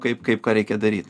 kaip kaip ką reikia daryt